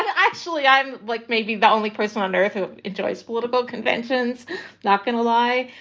and actually. i'm like maybe the only person on earth who enjoys political conventions not going to lie,